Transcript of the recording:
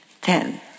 Ten